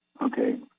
Okay